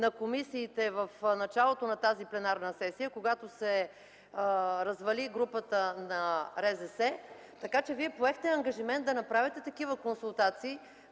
на комисиите в началото на тази пленарна сесия, когато се развали групата на РЗС. Така че вие поехте ангажимент да направите такива консултации,